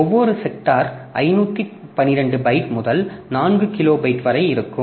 ஒவ்வொரு sector 512 byte முதல் 4 kilobyte வரை இருக்கும்